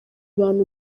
bantu